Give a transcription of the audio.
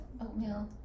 Oatmeal